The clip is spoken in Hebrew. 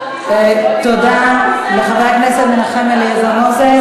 תודה לחבר הכנסת מנחם אליעזר מוזס.